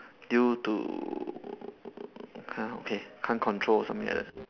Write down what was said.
due to !huh! okay can't control or something like that